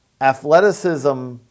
athleticism